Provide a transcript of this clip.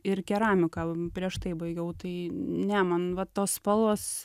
ir keramiką prieš tai baigiau tai ne man va tos spalvos